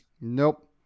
Nope